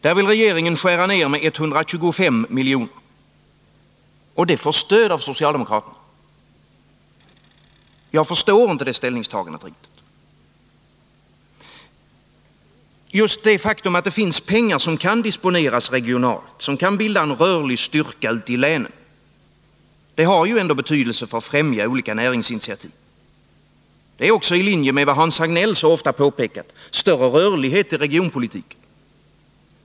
Där vill regeringen skära ner med 125 miljoner. Och det förslaget får stöd av socialdemokraterna. Jag förstår inte riktigt det ställningstagandet. Just det faktum att det finns pengar som kan disponeras regionalt, som kan bilda en rörlig styrka ute i länen, har ändå betydelse för främjandet av olika näringsinitiativ. Det är också i linje med vad Hans Hagnell så ofta påpekat — större rörlighet i regionpolitiken.